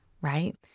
right